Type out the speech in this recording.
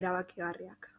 erabakigarriak